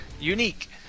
Unique